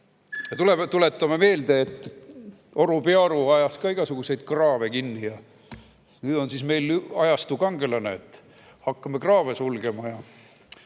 Tuletame meelde, et Oru Pearu ajas ka igasuguseid kraave kinni, ja nüüd on meil ajastu kangelane, hakkame kraave sulgema.